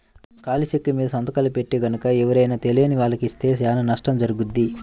ఖాళీ చెక్కుమీద సంతకాలు పెట్టి గనక ఎవరైనా తెలియని వాళ్లకి ఇస్తే చానా నష్టం జరుగుద్ది